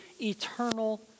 eternal